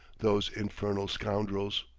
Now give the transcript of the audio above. those infernal scoundrels.